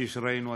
כפי שראינו היום.